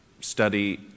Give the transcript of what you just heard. study